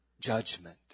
judgment